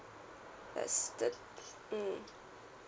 yes the mm